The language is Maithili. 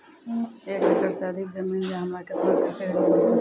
एक एकरऽ से अधिक जमीन या हमरा केतना कृषि ऋण मिलते?